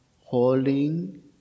holding